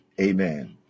amen